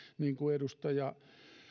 niin kuin edustaja